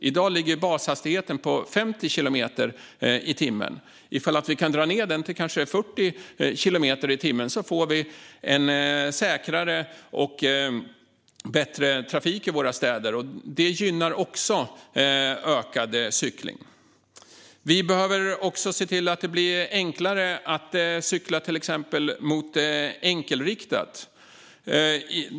I dag ligger bashastigheten på 50 kilometer i timmen. Om vi kan dra ned den till kanske 40 kilometer i timmen får vi en säkrare och bättre trafik i våra städer. Det gynnar också ökad cykling. Vi behöver även se till att det blir enklare att till exempel cykla mot enkelriktat.